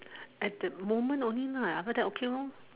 at the moment only lah after that okay lor